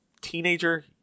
teenager